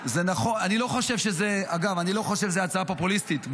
אני לא חושב שזו הצעה פופוליסטית,